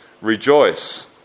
rejoice